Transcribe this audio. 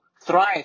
thrive